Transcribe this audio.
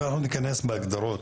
אם אנחנו ניכנס בהגדרות,